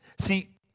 See